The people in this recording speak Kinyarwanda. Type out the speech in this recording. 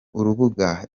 urubuga